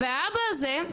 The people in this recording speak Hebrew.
והאבא הזה,